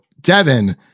Devin